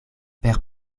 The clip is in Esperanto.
per